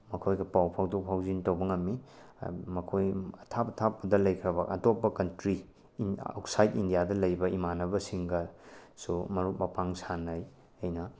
ꯃꯈꯣꯏꯒ ꯄꯥꯎ ꯐꯥꯎꯗꯣꯛ ꯐꯥꯎꯖꯤꯟ ꯇꯧꯕ ꯉꯝꯃꯤ ꯃꯈꯣꯏ ꯑꯊꯥꯞ ꯑꯊꯥꯞꯄꯗ ꯂꯩꯈ꯭ꯔꯕ ꯑꯇꯣꯞꯄ ꯀꯟꯇ꯭ꯔꯤ ꯑꯥꯎꯠꯁꯥꯏꯠ ꯏꯟꯗꯤꯌꯥꯗ ꯂꯩꯕ ꯏꯃꯥꯟꯅꯕꯁꯤꯡꯒꯁꯨ ꯃꯔꯨꯞ ꯃꯄꯥꯡ ꯁꯥꯟꯅꯩ ꯑꯩꯅ